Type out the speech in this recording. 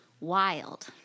wild